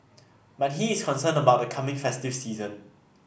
but he is concerned about the coming festive season